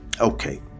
Okay